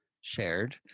shared